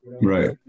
Right